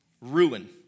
Ruin